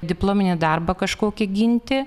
diplominį darbą kažkokį ginti